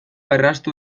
erraztu